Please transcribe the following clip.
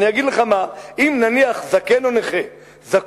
אני אגיד לך מה: אם, נניח, זקן או נכה זקוק